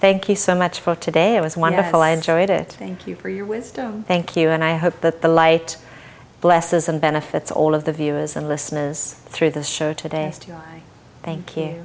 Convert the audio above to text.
thank you so much for today it was wonderful i enjoyed it thank you for your wisdom thank you and i hope that the light blesses and benefits all of the viewers and listeners through the show today t